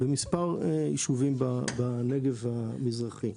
במספר יישובים בנגב המזרחי.